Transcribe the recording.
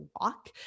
walk